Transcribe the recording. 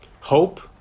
Hope